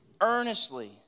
earnestly